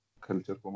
culture